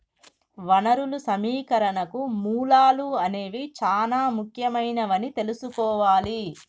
వనరులు సమీకరణకు మూలాలు అనేవి చానా ముఖ్యమైనవని తెల్సుకోవాలి